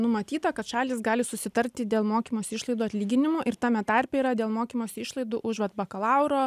numatyta kad šalys gali susitarti dėl mokymosi išlaidų atlyginimo ir tame tarpe yra dėl mokymosi išlaidų už vat bakalauro